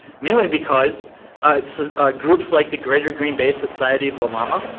mainly because it's groups like the greater green bay society of the llama,